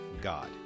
God